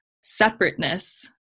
separateness